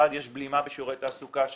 מצד אחד יש בלימה בשיעור תעסוקה,